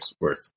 worth